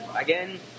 again